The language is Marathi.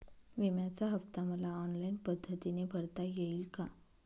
विम्याचा हफ्ता मला ऑनलाईन पद्धतीने भरता येईल का?